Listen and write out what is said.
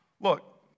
Look